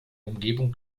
umgebung